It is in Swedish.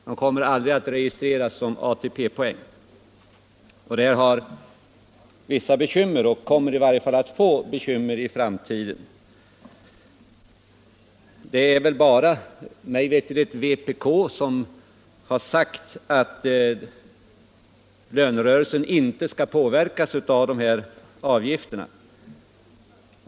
De kommer aldrig att registreras som pensionsgrundande inkomst. Detta medför vissa bekymmer i framtiden. Det är mig veterligt bara vpk som har sagt att lönerörelsen inte skall påverkas av dessa avgifter.